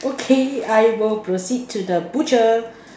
okay I will proceed to the butcher